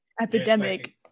epidemic